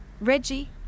Reggie